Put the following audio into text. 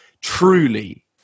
Truly